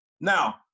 Now